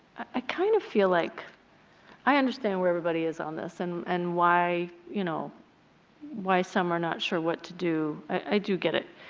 i kind of feel like i understand where everybody is on this and and why you know why some are not sure what to do. i do get it.